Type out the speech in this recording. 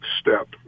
step